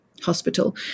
hospital